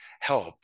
help